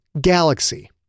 galaxy